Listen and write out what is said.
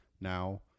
Now